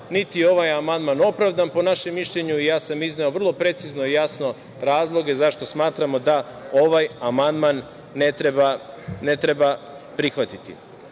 niti je ovaj amandman opravdan i, po našem mišljenju, ja sam izneo vrlo precizno i jasno razloge zašto smatramo da ovaj amandman ne treba prihvatiti. Razumem